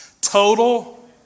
Total